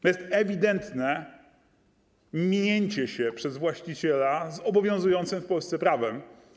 To jest ewidentne minięcie się przez właściciela z obowiązującym w Polsce prawem.